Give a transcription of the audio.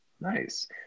Nice